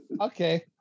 Okay